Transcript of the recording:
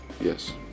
Yes